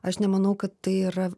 aš nemanau kad tai yra